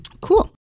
Cool